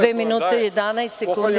Dve minute i 11 sekundi.